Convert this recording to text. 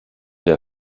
der